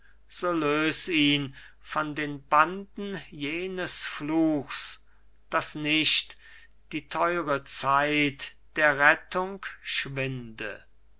von den banden jenes fluchs daß nicht die theure zeit der rettung schwinde